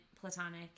platonic